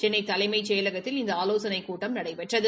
சென்னை தலைமைச் செயலகத்தில் இந்த ஆலோசனைக் கூட்டம் நடைபெற்றது